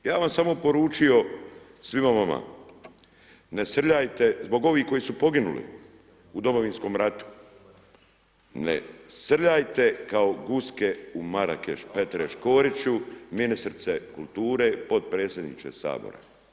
Ja bi vam samo poručio, svima vama, ne srljajte, zbog ovih koji su poginuli u Domovinskom ratu, ne srljajte kao guske u Marakeš, Petre Škoriću, ministrice kulture, podpredsjedniče Sabora.